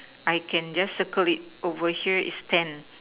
I can just circle it over here is ten